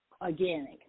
organic